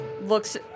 looks